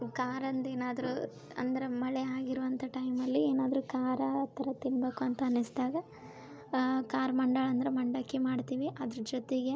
ಖಾರಂದಿ ಏನಾದರೂ ಅಂದ್ರ ಮಳೆ ಆಗಿರುವಂತ ಟೈಮಲ್ಲಿ ಏನಾದರೂ ಖಾರ ತರ ತಿನ್ನಬೇಕು ಅಂತ ಅನ್ನಿಸ್ದಾಗ ಖಾರ ಮಂಡಾ ಅಂದ್ರ ಮಂಡಕ್ಕಿ ಮಾಡ್ತೀವಿ ಅದ್ರ ಜೊತೆಗೆ